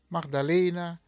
Magdalena